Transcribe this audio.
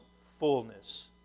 fullness